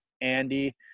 Andy